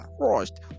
crushed